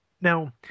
Now